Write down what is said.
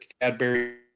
cadbury